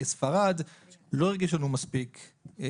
וספרד אבל לא הרגיש לנו מספיק מתקדם.